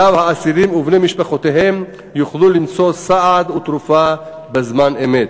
שבו האסירים ובני משפחותיהם יוכלו למצוא סעד ותרופה בזמן אמת.